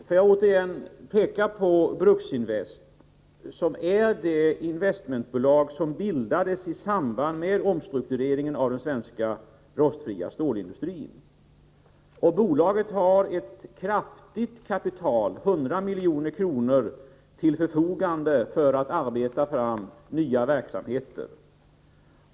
Får jag så återigen peka på Bruksinvest, som är det investmentbolag som bildades i samband med omstruktureringen av den svenska rostfria stålindustrin. Bolaget har ett kraftigt kapital, 100 milj.kr., till förfogande för att ta fram nya verksamheter.